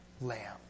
Lamb